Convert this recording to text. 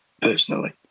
personally